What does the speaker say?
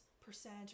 percent